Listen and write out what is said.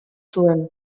zuen